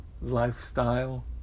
lifestyle